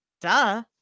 Duh